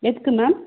எதுக்கு மேம்